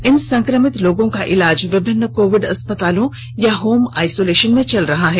इन संक्रमित लोगों का इलाज विभिन्न कोविड अस्पतालों या होम आइसोलेशन में चल रहा है